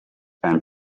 and